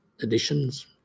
additions